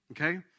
okay